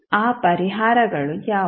ಆ ಪರಿಹಾರಗಳು ಯಾವುವು